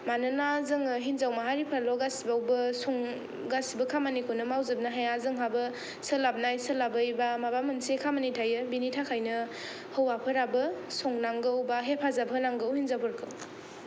मानोना जोङो हिनजाव माहारिफ्राल' गासिआवबो गासिबो खामानिखौ मावजोबनो हाया जोंहाबो सोलाबनाय सोलाबै बा माबा मोनसे खामानि थायो बिनि थाखायनो हौवाफोराबो संनांगौ बा हेफाजाब होनांगौ हिनजावफोरखौ